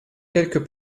quelques